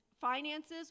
finances